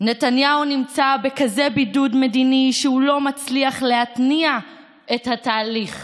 נתניהו נמצא בכזה בידוד מדיני שהוא לא מצליח להתניע את התהליך,